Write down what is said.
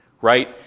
Right